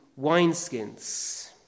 wineskins